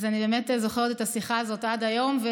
ואני באמת זוכרת את השיחה הזאת עד היום.